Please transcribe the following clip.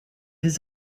his